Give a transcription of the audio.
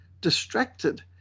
distracted